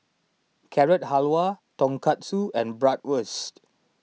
Carrot Halwa Tonkatsu and Bratwurst